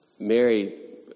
Mary